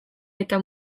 eta